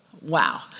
wow